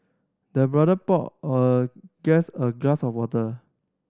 the butler poured a guest a glass of water